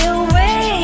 away